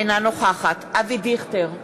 אינה נוכחת אבי דיכטר,